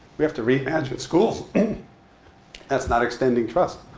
we have to reimagine schools. and that's not extending trust.